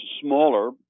smaller